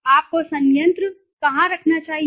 आपको संयंत्र कहां रखना चाहिए